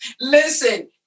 Listen